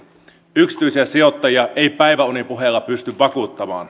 yksityisiä sijoittajia ei päiväunipuheilla pysty vakuuttamaan